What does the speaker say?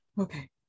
okay